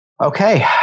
okay